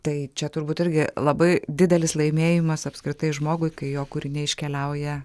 tai čia turbūt irgi labai didelis laimėjimas apskritai žmogui kai jo kūriniai iškeliauja